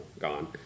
gone